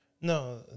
no